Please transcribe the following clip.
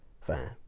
Fine